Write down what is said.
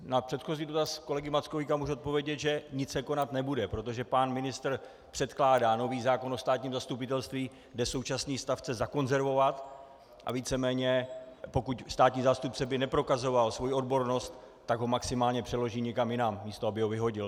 Na předchozí dotaz kolegy Mackovíka mohu odpovědět, že nic se konat nebude, protože pan ministr předkládá nový zákon o státním zastupitelství, kde současný stav chce zakonzervovat, a víceméně pokud státní zástupce by neprokazoval svoji odbornost, tak ho maximálně přeloží někam jinam, místo aby ho vyhodil.